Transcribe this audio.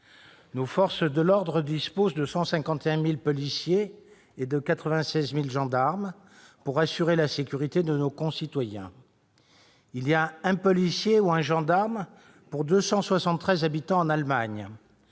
Nos forces de l'ordre disposent de 151 000 policiers et de 96 000 gendarmes, pour assurer la sécurité de nos concitoyens. Il y a un policier ou gendarme pour 273 habitants en Allemagne,